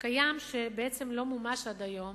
קיים שבעצם לא מומש עד היום,